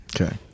Okay